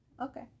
okay